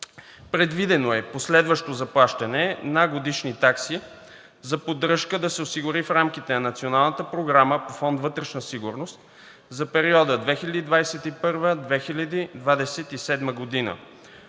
Предвидено е последващото заплащане на годишни такси за поддръжка да се осигури в рамките на Националната програма по Фонд „Вътрешна сигурност“ за периода 2021 – 2027 г.